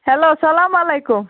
hello اسلام علیکُم